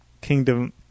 Kingdom